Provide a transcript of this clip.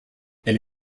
elle